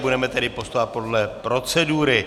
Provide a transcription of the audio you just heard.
Budeme tedy postupovat podle procedury.